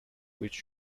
which